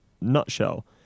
nutshell